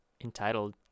entitled